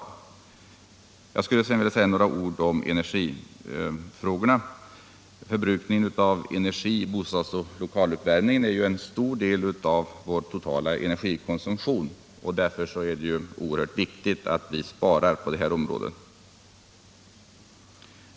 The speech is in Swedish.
Jag vill sedan säga några ord om energifrågorna. Förbrukningen av energi i bostadsoch lokaluppvärmning är en stor del av vår totala energikonsumtion. Därför är det oerhört viktigt att vi sparar på det området.